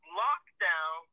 lockdown